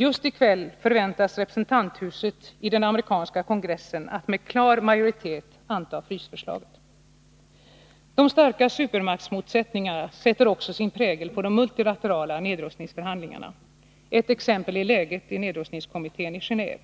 Just i kväll förväntas representanthuset i den amerikanska kongressen med klar majoritet anta förslaget om frysning. De starka supermaktsmotsättningarna sätter också sin prägel på de multilaterala nedrustningsförhandlingarna. Ett exempel är läget i nedrustningskommittén i Gendve,